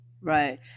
Right